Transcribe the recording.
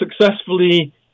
successfully